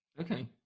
Okay